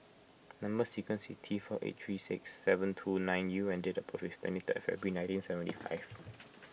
Number Sequence is T four eight three six seven two nine U and date of birth is twenty third February nineteen seventy five